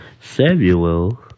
Samuel